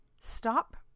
stop